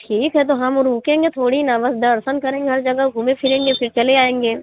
ठीक है तो हम रुकेंगे थोड़ी ना बस दर्शन करेंगे हर जगह घूमे फिरेंगे चले आएँगे